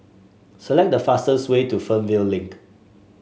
select the fastest way to Fernvale Link